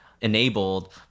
enabled